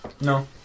No